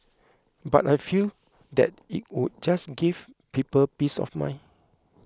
but I feel that it would just give people peace of mind